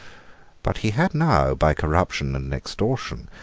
but he had now, by corruption and extortion,